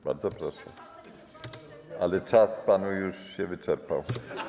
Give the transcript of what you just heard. O, bardzo proszę, ale czas panu już się wyczerpał.